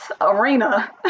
arena